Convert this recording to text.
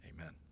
Amen